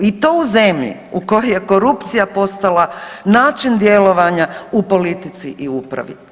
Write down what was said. I to u zemlji u kojoj je korupcija postala način djelovanja u politici i u upravi.